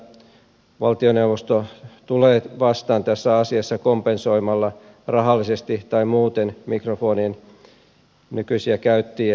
toivon että valtioneuvosto tulee vastaan tässä asiassa kompensoimalla rahallisesti tai muuten mikrofonien nykyisiä käyttäjiä ja omistajia